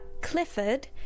Clifford